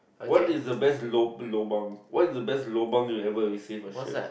what is the best lo~ lobang what is the best lobang you ever received a shit